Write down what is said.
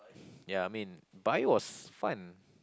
ya I mean Bio was fun